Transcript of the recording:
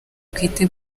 bwite